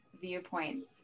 viewpoints